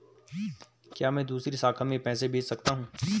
क्या मैं दूसरी शाखा में पैसे भेज सकता हूँ?